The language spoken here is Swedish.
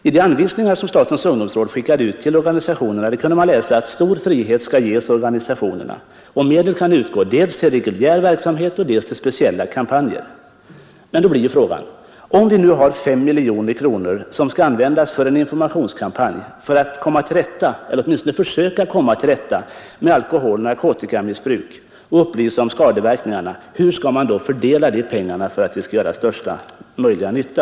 I de anvisningar som statens ungdomsråd skickade ut till organisationerna kunde man läsa att stor frihet skall ges organisationerna och att medel kan utgå dels till reguljär verksamhet, dels till speciella kampanjer. Då blir alltså frågan: Om vi nu har 5 miljoner kronor som skall användas för en informationskampanj för att komma till rätta med — eller åtminstone försöka komma till rätta med — alkoholoch narkotikamissbruk och upplysa om skadeverkningarna, hur skall man fördela de pengarna för att de skall göra största möjliga nytta?